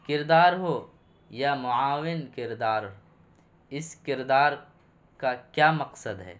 کردار ہو یا معاون کردار اس کردار کا کیا مقصد ہے